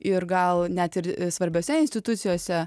ir gal net ir svarbiose institucijose